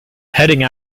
heading